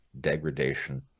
degradation